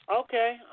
Okay